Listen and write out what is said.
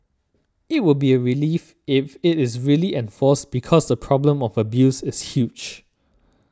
it will be a relief if it is really enforced because the problem of abuse is huge